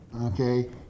Okay